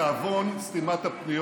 תיאבון סתימת הפיות